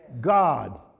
God